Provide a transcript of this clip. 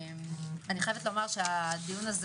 הדיון הזה